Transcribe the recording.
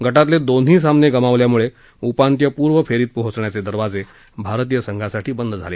गातेले दोन्ही सामने गमावल्यामुळे उपांत्यपूर्व फेरीत पोहोचण्याचे दरवाजे भारतीय संघासाठी बंद झाले